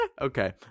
Okay